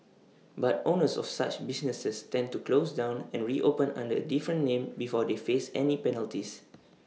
but owners of such businesses tend to close down and reopen under A different name before they face any penalties